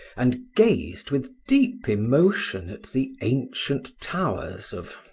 and gazed with deep emotion at the ancient towers of,